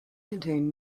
contained